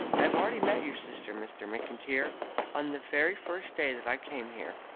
i have already met your sister, mr. mcintyre, on the very first day that i came here.